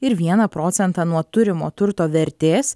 ir vieną procentą nuo turimo turto vertės